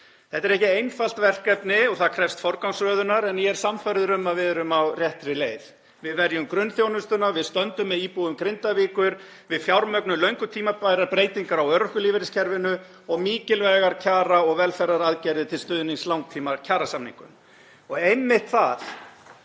Þetta er ekki einfalt verkefni og það krefst forgangsröðunar en ég er sannfærður um að við erum á réttri leið. Við verjum grunnþjónustuna, við stöndum með íbúum Grindavíkur, við fjármögnum löngu tímabærar breytingar á örorkulífeyriskerfinu og mikilvægar kjara- og velferðaraðgerðir til stuðnings langtímakjarasamningum. Og einmitt það